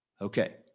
Okay